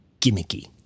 gimmicky